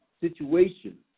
situation